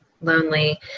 lonely